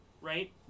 Right